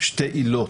שתי עילות: